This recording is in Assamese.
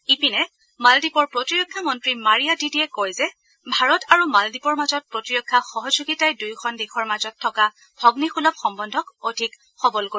ইপিনে মালদ্বীপৰ প্ৰতিৰক্ষা মন্ত্ৰী মাৰিয়া ডিডিয়ে কয় যে ভাৰত আৰু মালদ্বীপৰ মাজত প্ৰতিৰক্ষা সহযোগিতাই দুয়োখন দেশৰ মাজত থকা ভগ্নীসূলভ সম্বন্ধক অধিক সবল কৰিব